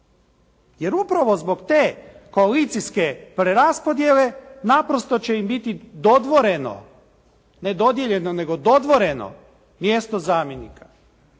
Jer upravo zbog te koalicijske preraspodjele naprosto će im biti dodvoreno, ne dodijeljeno nego dodvoreno mjesto zamjenika.